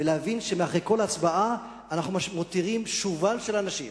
ולהבין שמאחורי כל הצבעה אנחנו מותירים שובל של אנשים